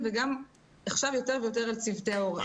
ות ולתת להן את ההכוונה למקומות שהם יותר מורכבים רגשית ונפשית.